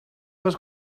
was